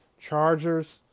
Chargers